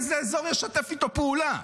איזה אזור ישתף איתו פעולה?